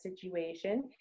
situation